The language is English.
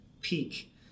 peak